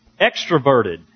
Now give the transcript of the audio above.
extroverted